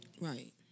Right